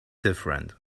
different